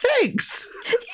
Thanks